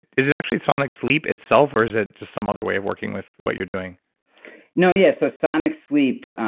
is it actually sonic sleep itself, or is it just some other way of working with what you're doing no, yeah. so, sonic sleep,